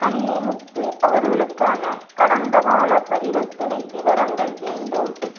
கன்னிமுத்து அவர்களுக்கான கடந்தக்காலப் பரிவர்த்தனை விவரங்கள் வேண்டும்